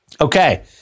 Okay